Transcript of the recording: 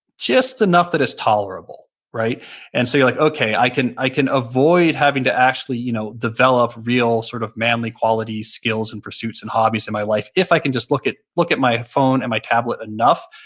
just enough that it's tolerable. and so you're like, okay, i can i can avoid having to actually you know develop real sort of manly qualities, skills, and pursuits, and hobbies in my life. if i can just look at look at my phone and my tablet enough,